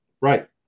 right